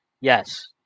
yes